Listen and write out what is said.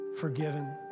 forgiven